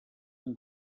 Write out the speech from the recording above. amb